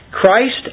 Christ